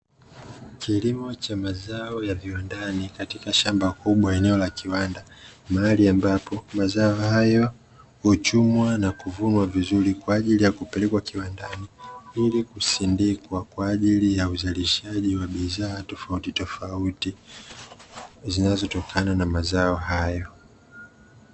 Kilimo cha mazao ya viwandani katika shamba kubwa eneo la kiwanda mahali ambapo mazao hayo huchumwa na kuvunwa vizuri kwa ajili ya kupelekwa kiwandani, ili kusindikwa kwa ajili ya uzalishaji wa bidhaa tofautitofauti zinazotokana na mazao hayo.